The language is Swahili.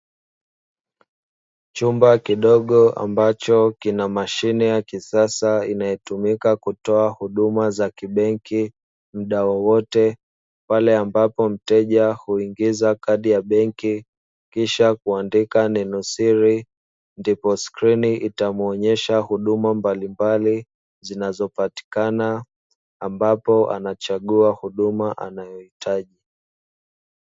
Chumba kidogo ambacho kina mashine ya kisasa inayotumika kutoa huduma za kibenki muda wowote, pale ambapo mteja huingiza kadi ya benki kisha kuandika nenosiri ndipo skrini itamuonyesha huduma mbalimbali zinazopatikana, ambapo anachagua huduma anayohitaji.